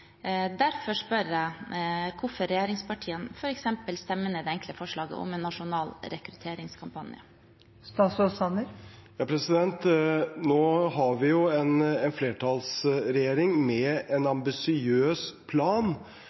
Derfor spør jeg: Hvorfor stemmer regjeringspartiene ned f.eks. det enkle forslaget om en nasjonal rekrutteringskampanje? Nå har vi en flertallsregjering med en ambisiøs plan